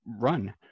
run